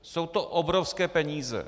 Jsou to obrovské peníze.